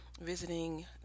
visiting